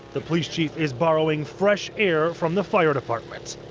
the police chief is borrowing fresh air from the fire department.